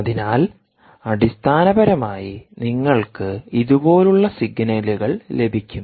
അതിനാൽ അടിസ്ഥാനപരമായി നിങ്ങൾക്ക് ഇതുപോലുള്ള സിഗ്നലുകൾ ലഭിക്കും